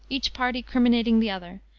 each party criminating the other,